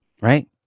right